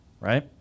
right